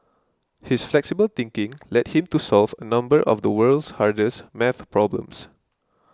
his flexible thinking led him to solve a number of the world's hardest math problems